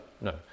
No